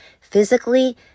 physically